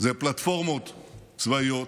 זה פלטפורמות צבאיות,